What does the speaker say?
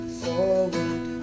forward